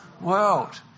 world